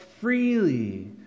freely